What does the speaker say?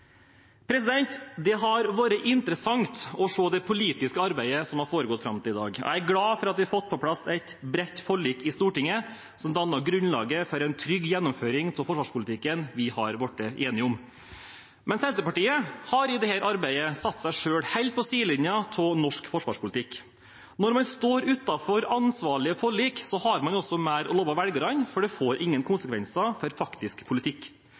Det har vært interessant å se det politiske arbeidet som har foregått fram til i dag. Jeg er glad for at vi har fått på plass et bredt forlik i Stortinget som danner grunnlaget for en trygg gjennomføring av den forsvarspolitikken vi har blitt enige om. Men Senterpartiet har i dette arbeidet satt seg selv helt på sidelinjen når det gjelder norsk forsvarspolitikk. Når man står utenfor ansvarlige forlik, har man også mer å love velgerne, for det får ingen konsekvenser for faktisk politikk.